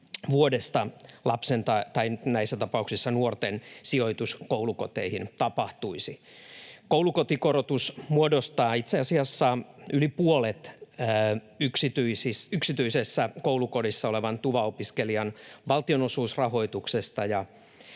tapauksissa nuorten, sijoitus koulukoteihin tapahtuisi. Koulukotikorotus muodostaa itse asiassa yli puolet yksityisessä koulukodissa olevan TUVA-opiskelijan valtionosuusrahoituksesta,